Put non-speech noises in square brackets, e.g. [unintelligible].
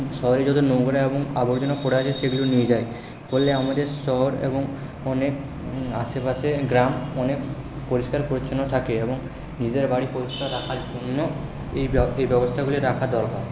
শহরে যতো নোংরা এবং আবর্জনা পড়ে আছে সেগুলো নিয়ে যায় ফলে আমাদের শহর এবং অনেক আশেপাশের গ্রাম অনেক পরিষ্কার পরিছন্ন থাকে এবং নিজেদের বাড়ি পরিষ্কার রাখার জন্য এই [unintelligible] এই ব্যবস্থাগুলি রাখা দরকার